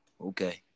okay